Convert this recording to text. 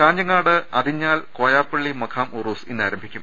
കാഞ്ഞങ്ങാട് അതിഞ്ഞാൽ കോയാപ്പള്ളി മഖാം ഉറൂസ് ഇന്നാരം ഭിക്കും